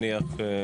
נניח,